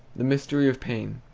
the mystery of pain.